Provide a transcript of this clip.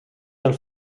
del